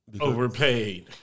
Overpaid